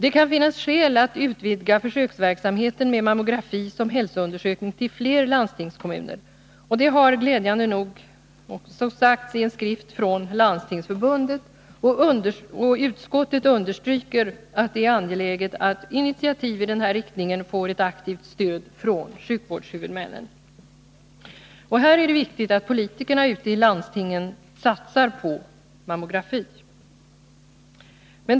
Det kan finnas skäl att utvidga försöksverksamheten med mammografi som hälsoundersökning till fler landstingskommuner. Detta har glädjande nog också sagts i en skrift från Landstingsförbundet, och utskottet understryker att det är angeläget att initiativ i den här riktningen får ett aktivt stöd från sjukvårdshuvudmännen. Här är det viktigt att politikerna ute i landstingen satsar på mammografi. 3.